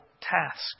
task